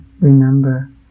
remember